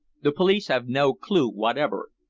the police have no clue whatever,